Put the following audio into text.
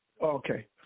okay